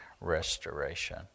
restoration